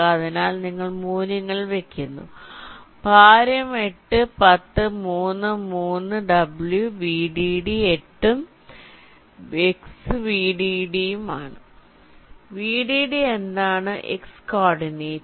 അതിനാൽ നിങ്ങൾ മൂല്യങ്ങൾ വെക്കുന്നു ഭാരം 8 10 3 3 w vdd 8 ഉം x vdd ഉം ആണ് vdd ന് എന്താണ് x കോർഡിനേറ്റ്